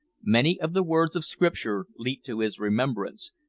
many of the words of scripture leaped to his remembrance,